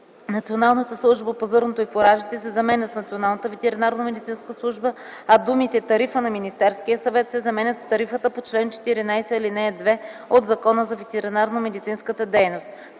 „Националната служба по зърното и фуражите” се заменят с „Националната ветеринарномедицинска служба”, а думите „тарифа на Министерския съвет” се заменят с „тарифата по чл. 14, ал. 2 от Закона за ветеринарномедицинската дейност”.